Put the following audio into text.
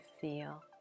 feel